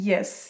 Yes